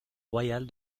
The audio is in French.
royale